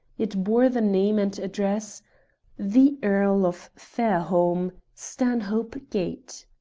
it bore the name and address the earl of fairholme, stanhope gate.